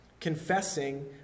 confessing